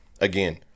again